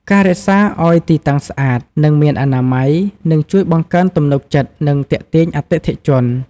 ការរក្សាឱ្យទីតាំងស្អាត និងមានអនាម័យ នឹងជួយបង្កើនទំនុកចិត្ត និងទាក់ទាញអតិថិជន។